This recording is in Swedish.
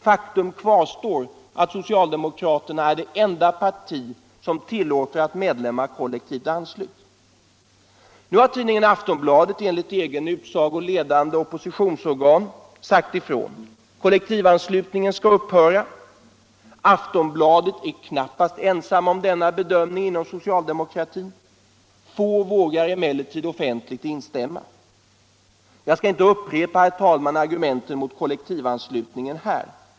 Faktum kvarstår att socialdemokratiska partiet är det enda parti som tillåter att medlemmar kollektivt ansluts. Nu har tidningen Aftonbladet, enligt egen utsago ledande oppositionsorgan, sagt ifrån. Kollektivanslutningen skall upphöra. Aftonbladet är knappast ensamt om denna bedömning inom socialdemokratin. Få vågar emellertid offentligt instämma. Jag skall inte, herr talman, nu upprepa argumenten mot kollektivanslutningen.